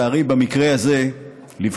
לצערי, במקרה הזה לבכות,